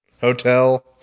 hotel